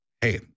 hey